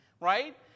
right